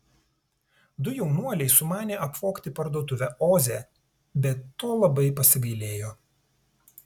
du jaunuoliai sumanė apvogti parduotuvę oze bet to labai pasigailėjo